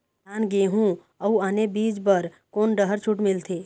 धान गेहूं अऊ आने बीज बर कोन डहर छूट मिलथे?